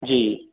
जी